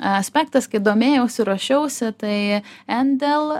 aspektas kai domėjausi ruošiausi tai endel